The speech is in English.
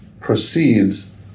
proceeds